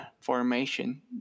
formation